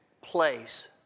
place